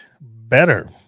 better